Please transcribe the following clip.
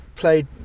played